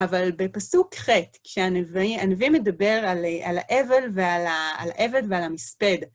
אבל בפסוק ח' כשהנביא מדבר על העבל ועל המספד,